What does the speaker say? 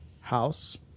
house